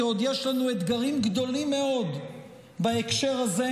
כי עוד יש לנו אתגרים גדולים מאוד בהקשר הזה,